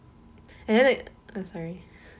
and then it uh sorry